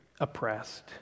oppressed